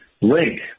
link